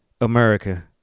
America